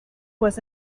was